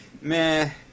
meh